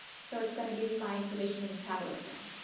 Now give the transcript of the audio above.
so, it is going to give me my information in tabular form.